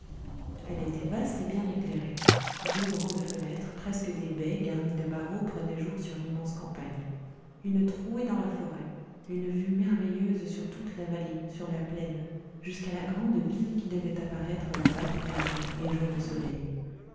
elle était vaste et bien éclairée deux grandes fenêtres presque des baies garnies de barreaux prenaient jour sur l'immense campagne une trouée dans la forêt une vue merveilleuse sur toute la vallée sur la plaine jusqu'à la grande ville qui devait apparaître là-bas tout au bout les jours de soleil